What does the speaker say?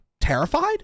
Terrified